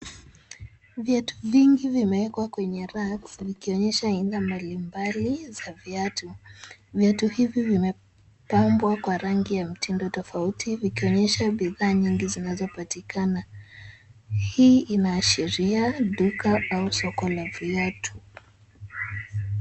Viatu vingi vimewekwa kwenye rakes vikionyesha hila mbalimbali za viatu. Viatu hivi vimepambwa kwa rangi ya mtindo tofauti, vikionyesha bidhaa nyingi zinazopatikana. Hii inaashiria duka au soko la viatu.